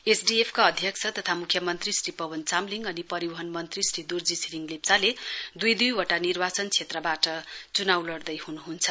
एसडीएफका अध्यक्ष तथा मुख्यमन्त्री श्री पवन चामलिङ अनि परिवहन मन्त्री श्री दोर्जी छिरिङ लेप्चाले दुई दुई वटा निर्वाचन क्षेत्रबाट चुनाउ लड्दै हुनुहुन्छ